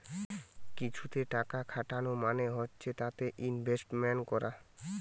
কিছুতে টাকা খাটানো মানে হচ্ছে তাতে ইনভেস্টমেন্ট করা